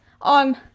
on